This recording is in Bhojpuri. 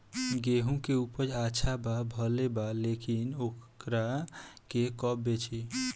गेहूं के उपज अच्छा भेल बा लेकिन वोकरा के कब बेची?